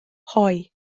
hoe